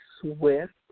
swift